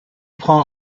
prend